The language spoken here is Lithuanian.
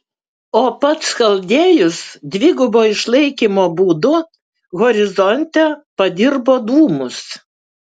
o pats chaldėjus dvigubo išlaikymo būdu horizonte padirbo dūmus